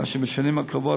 כאשר בשנים הקרובות,